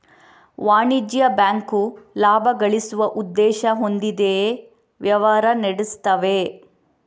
ವಾಣಿಜ್ಯ ಬ್ಯಾಂಕು ಲಾಭ ಗಳಿಸುವ ಉದ್ದೇಶ ಹೊಂದಿಯೇ ವ್ಯವಹಾರ ನಡೆಸ್ತವೆ